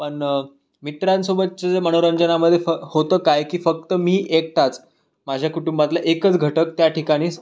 पण मित्रांसोबतचे जे मनोरंजनामध्ये फ होतं काय की फक्त मी एकटाच माझ्या कुटुंबातला एकच घटक त्या ठिकाणीच